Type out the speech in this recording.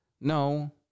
No